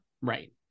Right